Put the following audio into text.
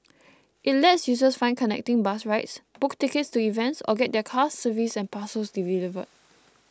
it lets users find connecting bus rides book tickets to events or get their cars serviced and parcels delivered